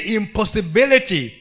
impossibility